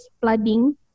flooding